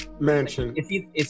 Mansion